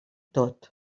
tot